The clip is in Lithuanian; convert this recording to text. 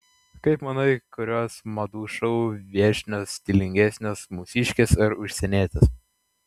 kaip manai kurios madų šou viešnios stilingesnės mūsiškės ar užsienietės